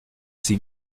six